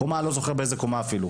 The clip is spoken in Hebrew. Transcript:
לא זוכר באיזו קומה אפילו.